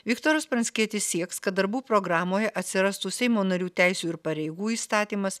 viktoras pranckietis sieks kad darbų programoje atsirastų seimo narių teisių ir pareigų įstatymas